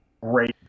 great